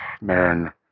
man